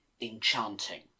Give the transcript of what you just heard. enchanting